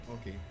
Okay